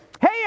hey